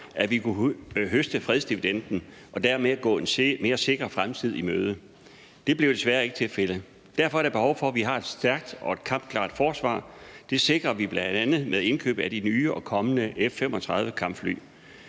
at vi kunne høste fredsdividenden og dermed gå en mere sikker fremtid i møde; det blev desværre ikke tilfældet. Derfor er der behov for, at vi har et stærkt og kampklart forsvar – det sikrer vi bl.a. med indkøb af de nye og kommende F-35-kampfly.